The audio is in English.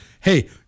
hey